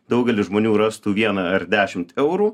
daugelis žmonių rastų vieną ar dešimt eurų